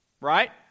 Right